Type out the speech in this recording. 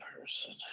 person